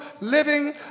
living